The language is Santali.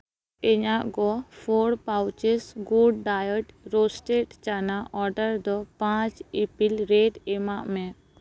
ᱤᱧᱟᱜ go for pouches good diet roasted chana order ᱫᱚ ᱯᱟᱸᱪ ᱤᱯᱤᱞ ᱨᱮᱹᱴ ᱮᱢᱟᱜ ᱢᱮ